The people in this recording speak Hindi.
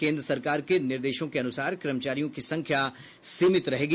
केंद्र सरकार के निर्देशों के अनुसार कर्मचारियों की संख्या सीमित रहेगी